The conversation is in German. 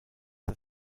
das